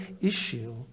issue